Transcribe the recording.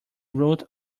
root